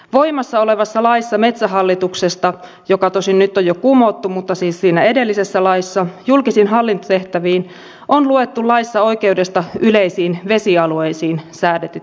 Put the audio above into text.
voimassa olevassa laissa metsähallituksesta joka tosin nyt on jo kumottu mutta siis siinä edellisessä laissa julkisiin hallintotehtäviin on luettu laissa oikeudesta yleisiin vesialueisiin säädetyt tehtävät